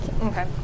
Okay